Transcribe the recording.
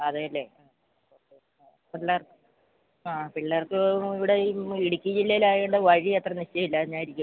അതെ അല്ലെ ആ പുറത്ത് ആ പിള്ളേർ പിള്ളേർക്ക് ഇവിടെ ഈ ഇടുക്കി ജില്ലയിൽ ആയത് കൊണ്ട് വഴി അത്ര നിശ്ചയം ഇല്ലാഞ്ഞായിരിക്കും